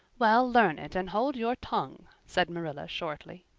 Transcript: well, learn it and hold your tongue, said marilla shortly.